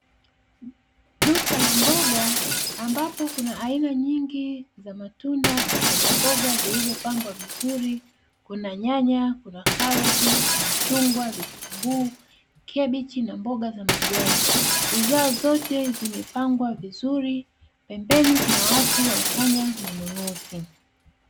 Duka la mboga ambapo kuna aina nyingi za matunda na mboga mboga zilizopangwa vizuri, kuna nyanya kuna karoti, kuna chungwa, vitunguu, kabichi na mboga za majani, bidhaa zote zimepangwa vizuri pembeni kuna watu wanafanya manunuzi.